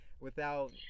without-